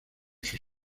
sus